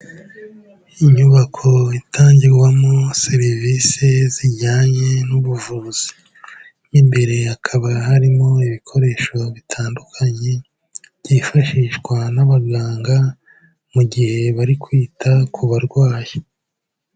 Inyubako itangirwamo serivisi zijyanye n'ubuvuzi, mo imbere hakaba harimo ibikoresho bitandukanye byifashishwa n'abaganga mu gihe bari kwita ku barwayi.